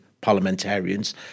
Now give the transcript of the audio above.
parliamentarians